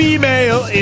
Female